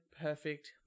Perfect